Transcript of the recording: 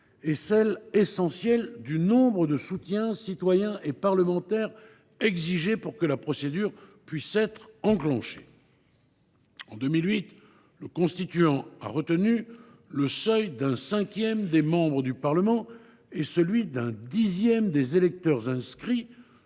est celle, essentielle, du nombre de soutiens, citoyens et parlementaires, exigés pour que la procédure puisse être enclenchée. En 2008, le constituant a retenu le seuil d’un cinquième des membres du Parlement et celui d’un dixième des électeurs inscrits